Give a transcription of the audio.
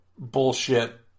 Bullshit